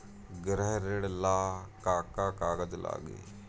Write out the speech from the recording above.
गृह ऋण ला का का कागज लागी?